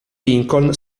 lincoln